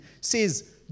says